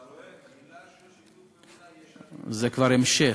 אתה רואה שיתוף פעולה, זה כבר המשך.